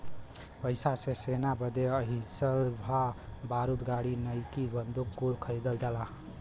पइसा से सेना बदे असलहा बारूद गाड़ी नईकी बंदूक कुल खरीदल जाला